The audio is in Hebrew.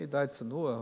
אני די צנוע,